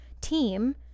team